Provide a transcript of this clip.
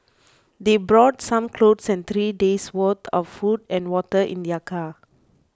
they brought some clothes and three days' worth of food and water in their car